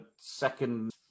second